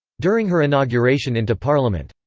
during her inauguration into parliament.